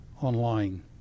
online